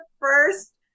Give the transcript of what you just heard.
first